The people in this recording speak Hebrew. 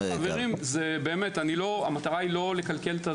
חברים, המטרה היא לא לקלקל.